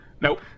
Nope